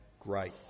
great